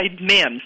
men